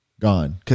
gone